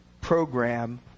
program